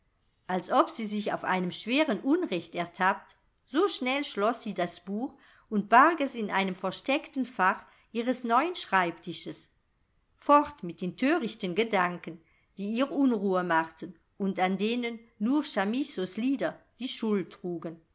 als ob sie sich auf einem schweren unrecht ertappt so schnell schloß sie das buch und barg es in einem versteckten fach ihres neuen schreibtisches fort mit den thörichten gedanken die ihr unruhe machten und an denen nur chamissos lieder die schuld trugen